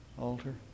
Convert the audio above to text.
altar